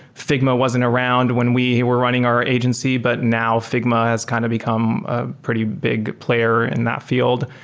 figma wasn't around when we were running our agency, but now figma has kind of become a pretty big player in that field.